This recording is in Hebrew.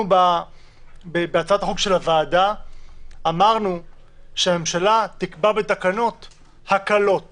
בהצעת החוק של הוועדה אמרנו שהממשלה תקבע בתקנות הקלות